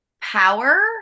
power